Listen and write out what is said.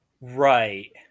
Right